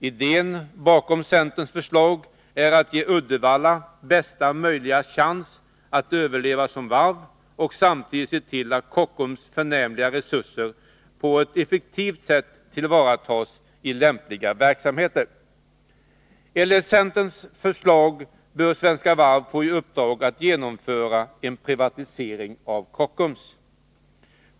Idén bakom centerns förslag är att ge Uddevalla bästa möjliga chans att överleva som varv och samtidigt se till att Kockums förnämliga resurser på ett effektivt sätt tillvaratas i lämpliga verksamheter. Enligt centerns förslag bör Svenska Varv få i uppdrag att genomföra en privatisering av Kockums.